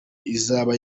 izaba